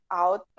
out